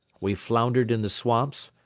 we floundered in the swamps,